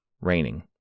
raining